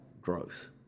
Growth